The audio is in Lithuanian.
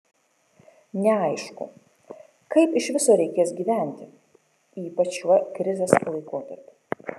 neaišku kaip iš viso reikės gyventi ypač šiuo krizės laikotarpiu